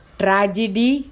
tragedy